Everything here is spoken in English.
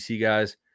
guys